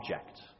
object